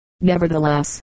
nevertheless